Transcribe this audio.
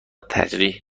ترجیح